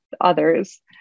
others